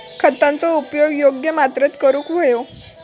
खतांचो उपयोग योग्य मात्रेत करूक व्हयो